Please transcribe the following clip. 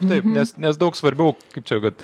taip nes nes daug svarbiau kaip čia kad